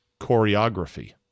choreography